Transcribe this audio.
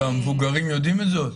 המבוגרים יודעים את זה?